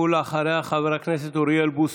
ואחריה, חבר הכנסת אוריאל בוסו.